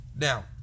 Now